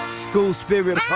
school spirit. ah